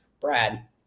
Brad